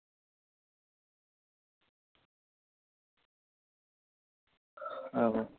आं